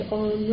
on